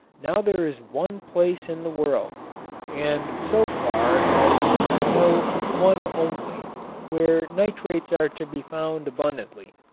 now there is one place in the world and so far as we know one only where nitrates are to be found abundantly.